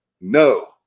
no